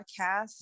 podcast